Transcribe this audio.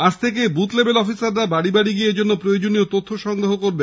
আজ থেকেই বুথ লেভেলে অফিসাররা বাড়ি বাড়ি গিয়ে এজন্য প্রয়োজনীয় তথ্য সংগ্রহ করা হবে